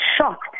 shocked